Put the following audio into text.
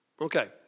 Okay